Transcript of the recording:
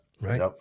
Right